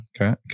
Okay